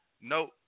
No